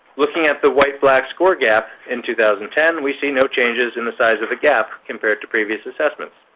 looking at the white black score gap in two thousand and ten, we see no changes in the size of the gap compared to previous assessments.